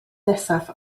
nesaf